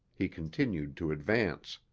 he continued to advance.